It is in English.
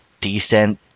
decent